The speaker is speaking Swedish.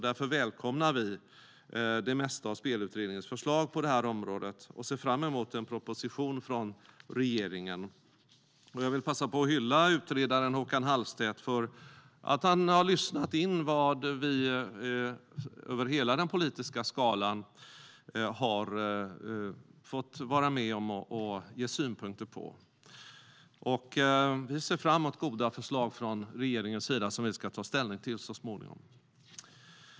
Därför välkomnar vi det mesta av Spelutredningens förslag på det här området och ser fram emot en proposition från regeringen. Jag vill passa på att hylla utredaren Håkan Hallstedt för att han har lyssnat in de synpunkter som vi över hela den politiska skalan har framfört. Vi ser fram emot goda förslag från regeringens sida som vi ska ta ställning till så småningom.